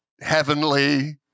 heavenly